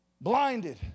Blinded